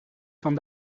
van